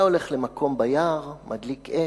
היה הולך למקום ביער, מדליק אש,